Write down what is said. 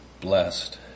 blessed